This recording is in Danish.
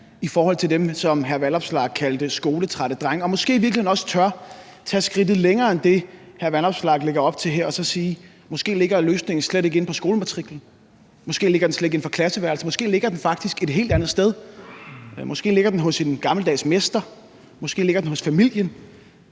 i forhold til dem, som hr. Alex Vanopslagh kaldte skoletrætte drenge, og måske i virkeligheden også tør tage skridtet længere end det, hr. Alex Vanopslagh lægger op til her, og så sige: Måske ligger løsningen slet ikke inde på skolematriklen. Måske ligger den slet ikke inden for klasseværelset. Måske ligger den faktisk et helt andet sted. Måske ligger den hos en gammeldags mester. Måske ligger den hos familien.